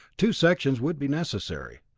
two sections would be necessary.